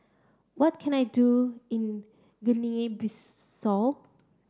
what can I do in Guinea Bissau